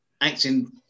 acting